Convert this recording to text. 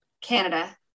Canada